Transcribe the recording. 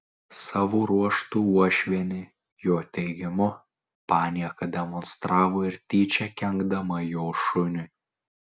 savo ruožtu uošvienė jo teigimu panieką demonstravo ir tyčia kenkdama jo šuniui